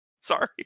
Sorry